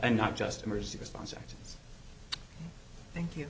and not just emergency response thank you